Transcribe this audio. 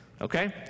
okay